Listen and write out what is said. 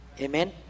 Amen